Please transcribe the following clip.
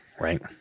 right